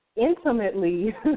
intimately